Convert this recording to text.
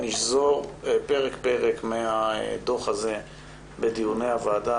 נשזור פרק-פרק מן הדוח הזה בדיוני הוועדה